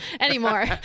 Anymore